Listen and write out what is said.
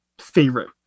favorite